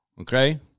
okay